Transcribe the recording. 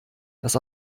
das